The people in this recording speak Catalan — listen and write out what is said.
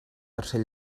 tercer